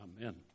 Amen